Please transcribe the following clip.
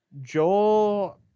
Joel